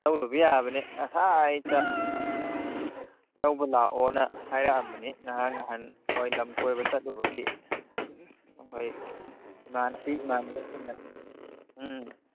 ꯂꯧꯔꯨꯕ ꯌꯥꯕꯅꯤ ꯉꯁꯥꯏꯇ ꯂꯧꯕ ꯂꯥꯛꯑꯣꯅ ꯍꯥꯏꯔꯛꯑꯝꯕꯅꯤ ꯉꯔꯥꯡ ꯅꯍꯥꯟ ꯃꯣꯏ ꯂꯝ ꯀꯣꯏꯕ ꯆꯠꯂꯨꯕꯒꯤ ꯑꯩꯈꯣꯏ ꯏꯃꯥꯟꯅꯕꯤ ꯏꯃꯥꯟꯅꯕꯁꯤꯡꯅ ꯎꯝ